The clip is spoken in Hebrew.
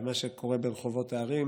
במה שקורה ברחובות הערים,